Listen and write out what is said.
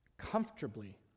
comfortably